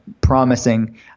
promising